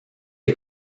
des